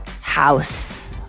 house